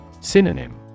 Synonym